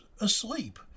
asleep